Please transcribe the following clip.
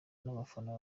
n’abafana